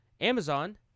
Amazon